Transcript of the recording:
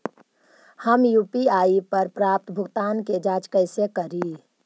हम यु.पी.आई पर प्राप्त भुगतानों के जांच कैसे करी?